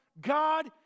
God